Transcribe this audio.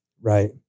Right